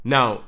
Now